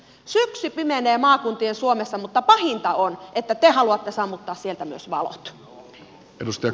syksy pimenee maakuntien suomessa mutta pahinta on että te haluatte sammuttaa sieltä myös valot